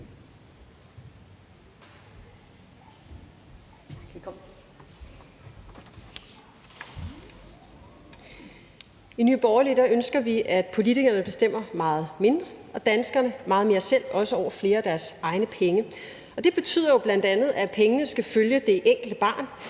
I Nye Borgerlige ønsker vi, at politikerne bestemmer meget mindre, og at danskerne bestemmer meget mere selv, også over flere af deres egne penge. Det betyder jo bl.a., at pengene skal følge det enkelte barn.